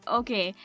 okay